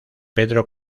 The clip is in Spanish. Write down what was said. pedro